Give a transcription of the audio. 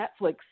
Netflix